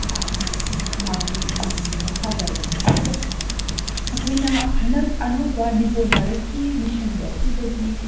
ꯃꯥꯒꯤ ꯃꯨꯔꯇꯤ ꯑꯃ ꯁꯥꯖꯕꯅꯤ ꯑꯗꯨꯒ ꯑꯩꯈꯣꯏꯅ ꯍꯟꯗꯛ ꯑꯅꯧꯕ ꯅꯤꯄꯣꯟ ꯚꯥꯔꯠꯀꯤ ꯃꯤꯁꯟꯁꯦ ꯁꯤꯗꯒꯤ